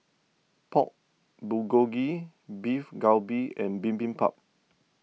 Pork Bulgogi Beef Galbi and Bibimbap